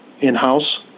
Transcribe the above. in-house